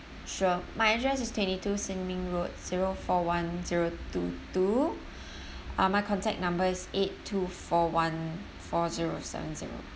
sure my address is twenty two sin ming road zero four one zero two two uh my contact number is eight two four one four zero seven zero